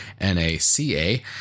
NACA